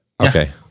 Okay